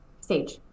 stage